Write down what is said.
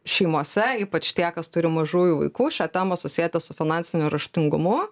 šeimose ypač tie kas turi mažųjų vaikų šią temą susieti su finansiniu raštingumu